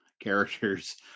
characters